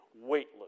weightless